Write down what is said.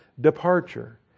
departure